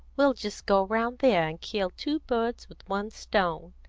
we'll just go round there, and kill two birds with one stone.